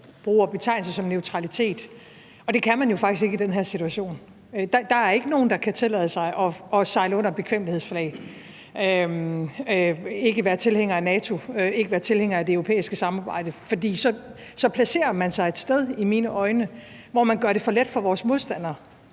bruger betegnelser som neutralitet, men det kan man jo faktisk ikke i den her situation. Der er ikke nogen, der kan tillade sig at sejle under bekvemmelighedsflag, ikke være tilhængere af NATO, ikke være tilhængere af det europæiske samarbejde, for så placerer man sig i mine øjne et sted, hvor man gør det for let for vores modstandere.